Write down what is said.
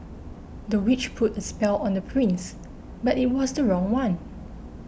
the witch put a spell on the prince but it was the wrong one